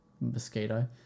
mosquito